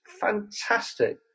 fantastic